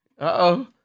Uh-oh